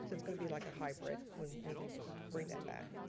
it's it's gonna be like a hybrid when when we bring that back.